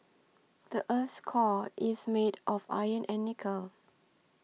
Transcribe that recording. the earth's core is made of iron and nickel